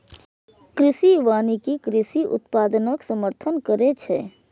कृषि वानिकी कृषि उत्पादनक समर्थन करै छै